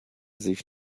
sich